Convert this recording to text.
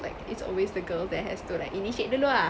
like it's always the girl that has to like initiate dulu ah